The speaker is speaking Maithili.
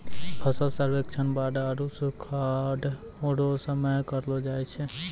फसल सर्वेक्षण बाढ़ आरु सुखाढ़ रो समय करलो जाय छै